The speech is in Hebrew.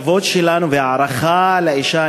הכבוד שלנו וההערכה לאישה,